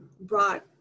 brought